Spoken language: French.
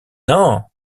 non